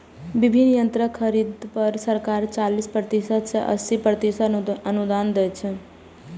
विभिन्न यंत्रक खरीद पर सरकार चालीस प्रतिशत सं अस्सी प्रतिशत अनुदान दै छै